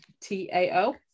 t-a-o